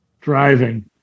Driving